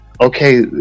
okay